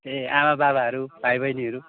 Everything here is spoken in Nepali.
ए आमाबाबाहरू भाइबहिनीहरू